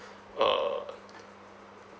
uh